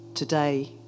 Today